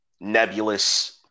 nebulous